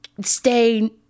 stay